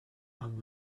and